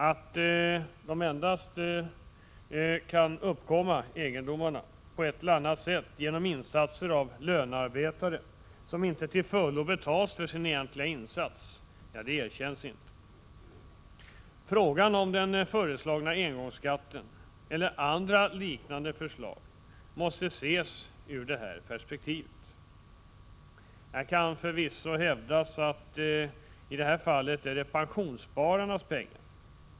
Att dessa endast kan uppkomma — på ett eller annat sätt — genom insatser av lönearbetare som inte till fullo fått betalt för sin egentliga insats, erkänns inte. Frågan om den föreslagna engångsskatten och liknande förslag måste ses ur detta perspektiv. Här kan förvisso hävdas att det i detta fall rör sig om pensionsspararnas pengar.